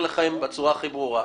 בצורה הכי ברורה,